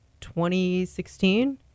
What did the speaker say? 2016